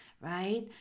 Right